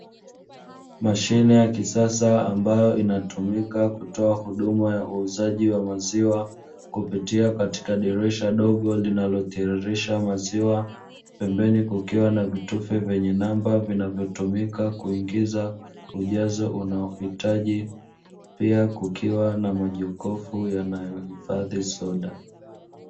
Mashine ya kisasa ambayo inatumika kutoa huduma ya uuzaji wa maziwa, kupitia katika dirisha dogo linalotiririsha maziwa, pembeni kukiwa na vitufe vyenye namba vinavyotumika kuingiza ujazo unaohitaji, pia kukiwa na majokofu yanayohifadhi soda.